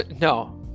No